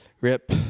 rip